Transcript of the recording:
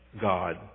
God